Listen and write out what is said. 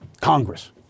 Congress